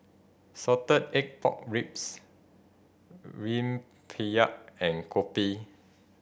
salted egg pork ribs rempeyek and kopi